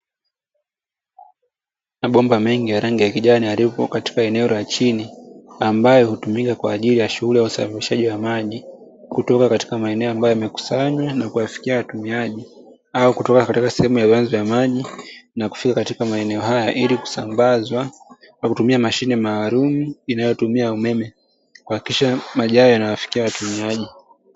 Mabomba mengi ya rangi ya kijani yaliyokuwa katika eneo la chini, ambayo hutumika kwa ajili ya shughuli ya usafirishaji wa maji; kutoka katika maeneo ambayo yamekusanywa na kuwafikia watumiaji au kutoka katika sehemu ya vyanzo vya maji na kufika katika maeneo haya, ili kusambazwa kwa kutumia mashine maalumu inayotumia umeme, kuhakikisha maji hayo yanayowafikia watumiaji.